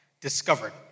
discovered